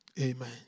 Amen